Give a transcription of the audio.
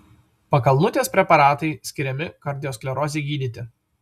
pakalnutės preparatai skiriami kardiosklerozei gydyti